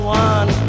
one